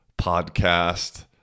podcast